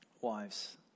wives